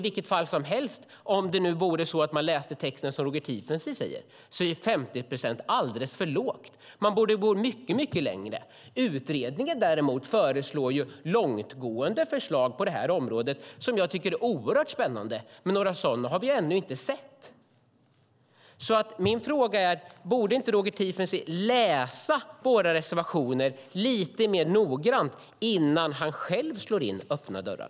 Men om man nu läser texten som Roger Tiefensee gör är 50 procent i vilket fall som helst alldeles för lågt. Man borde gå mycket längre. Utredningen har långtgående och oerhört spännande förslag på det här området. Men några sådana har vi ännu inte sett från er. Borde inte Roger Tiefensee läsa våra reservationer lite noggrannare innan han själv slår in öppna dörrar?